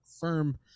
firm